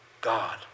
God